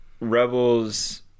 Rebels